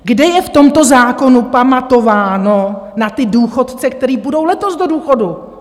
Kde je v tomto zákonu pamatováno na ty důchodce, kteří půjdou letos do důchodu?